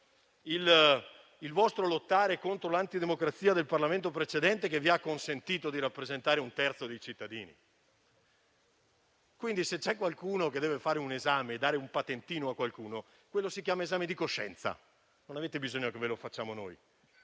al voto di fiducia, contro l'antidemocrazia del Parlamento precedente, che vi ha consentito di rappresentare un terzo dei cittadini. Quindi, se c'è qualcuno che deve fare un esame per prendere un patentino, quelli siete voi: si chiama esame di coscienza e non avete bisogno che ve lo facciamo noi,